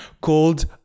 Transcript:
called